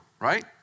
right